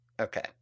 Okay